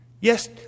Yes